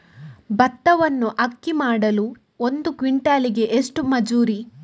ಭತ್ತವನ್ನು ಅಕ್ಕಿ ಮಾಡಲು ಒಂದು ಕ್ವಿಂಟಾಲಿಗೆ ಎಷ್ಟು ಮಜೂರಿ?